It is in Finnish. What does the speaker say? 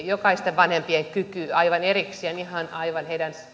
jokaisten vanhempien kyky aivan erikseen ihan heidän